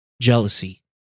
jealousy